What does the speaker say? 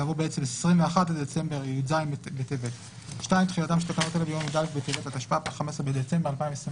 יבוא "י"ז בטבת התשפ"ב (21 בדצמבר 2021)". תחילה 2. תחילתן של תקנות אלה ביום י"א בטבת התשפ"ב (15 בדצמבר 2021)."